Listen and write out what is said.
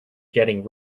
getting